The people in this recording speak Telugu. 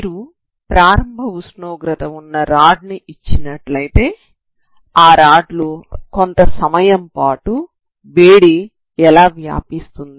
మీరు ప్రారంభ ఉష్ణోగ్రత ఉన్న రాడ్ ని ఇచ్చినట్లయితే ఆ రాడ్ లో కొంత సమయం పాటు వేడి ఎలా వ్యాపిస్తుంది